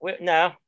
No